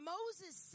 Moses